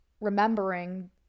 remembering